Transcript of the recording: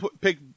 pick